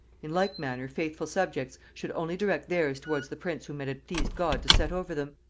in like manner faithful subjects should only direct theirs towards the prince whom it had pleased god to set over them.